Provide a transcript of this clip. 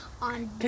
on